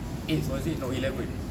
eighth was it no eleven